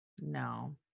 No